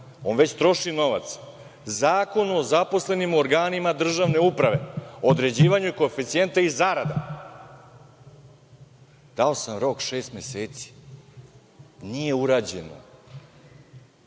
on već troši novac, Zakonu o zaposlenima u organima državne uprave o određivanju koeficijenta i zarada. Dao sam rok od šest meseci. Nije urađeno.